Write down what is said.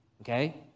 okay